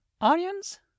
onions